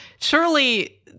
surely